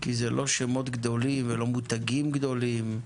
כי אלה לא שמות גדולים או מותגים גדולים,